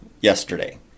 yesterday